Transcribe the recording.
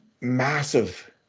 massive